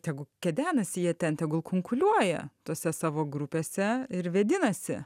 tegu kedenasi jie ten tegul kunkuliuoja tose savo grupėse ir vėdinasi